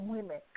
Women